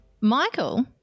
Michael